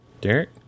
Derek